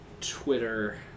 Twitter